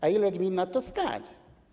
A ile gmin na to stać?